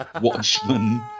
Watchmen